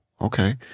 okay